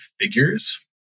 figures